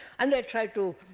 and they try to